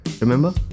remember